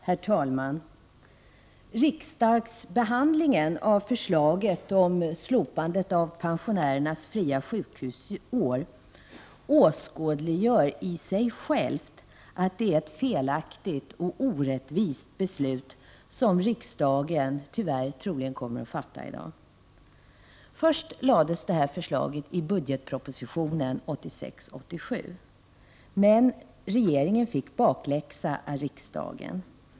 Herr talman! Riksdagsbehandlingen av förslaget om slopandet av pensionärernas fria sjukhusår åskådliggör i sig att det är ett felaktigt och orättvist beslut som riksdagen, tyvärr, troligen kommer att fatta i dag. Först föreslogs detta i budgetpropositionen 1986/87. Men regeringen fick bakläxa av riksdagen.